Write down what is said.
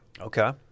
Okay